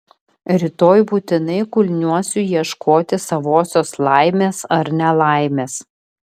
rytoj būtinai kulniuosiu ieškoti savosios laimės ar nelaimės